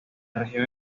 región